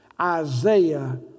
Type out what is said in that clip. Isaiah